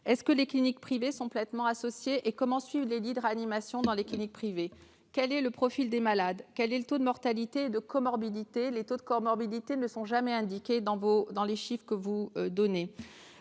questions. Les cliniques privées sont-elles pleinement associées ? Comment suivre les lits de réanimation dans ces cliniques ? Quel est le profil des malades ? Quel est le taux de mortalité et de comorbidité ? Les taux de comorbidité, par âge, ne sont jamais indiqués dans les chiffres que vous donnez.